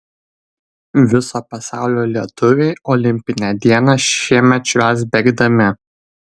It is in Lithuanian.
viso pasaulio lietuviai olimpinę dieną šiemet švęs bėgdami